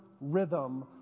rhythm